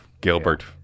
Gilbert